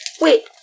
Wait